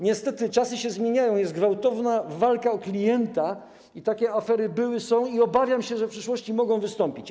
Niestety czasy się zmieniają, jest gwałtowna walka o klienta i takie afery były, są i obawiam się, że w przyszłości mogą wystąpić.